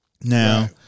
Now